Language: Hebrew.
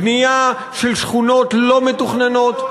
בנייה של שכונות לא מתוכננות.